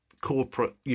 Corporate